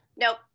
nope